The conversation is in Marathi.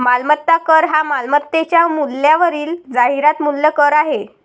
मालमत्ता कर हा मालमत्तेच्या मूल्यावरील जाहिरात मूल्य कर आहे